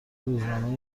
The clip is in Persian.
روزانه